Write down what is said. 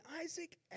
Isaac